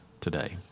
today